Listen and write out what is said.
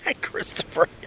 Christopher